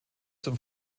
zum